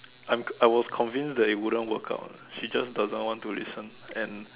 I'm I was convinced that it wouldn't work out lah she just doesn't want to listen and